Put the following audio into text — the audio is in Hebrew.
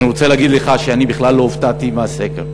אני רוצה להגיד לך שאני בכלל לא הופתעתי מהסקר,